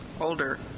older